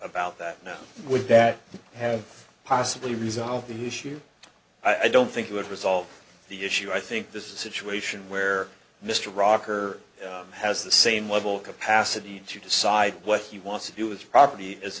about that now would that have possibly resolved the issue i don't think it would resolve the issue i think this is a situation where mr rocker has the same level capacity to decide what he wants to do with the property as